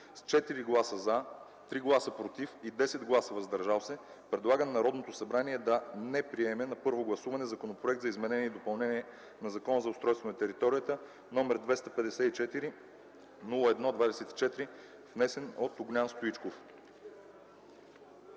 с 4 гласа „за”, 3 „против” и 10 гласа „въздържали се” предлага на Народното събрание да не приеме на първо гласуване Законопроект за изменение и допълнение на Закона за устройство на територията, № 254-01-24, внесен от Огнян Стоичков.”